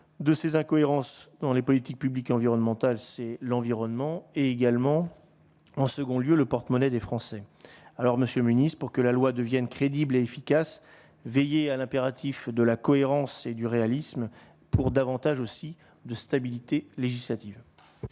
de ces incohérences dans les politiques publiques environnementales, c'est l'environnement également, en second lieu, le porte-monnaie des Français, alors Monsieur Münich pour que la loi devienne crédible et efficace, veiller à l'impératif de la cohérence et du réalisme pour davantage aussi de stabilité législative.